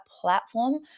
platform